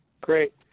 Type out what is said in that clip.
great